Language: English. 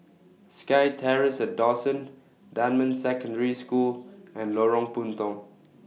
Sky Terrace At Dawson Dunman Secondary School and Lorong Puntong